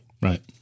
Right